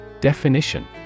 Definition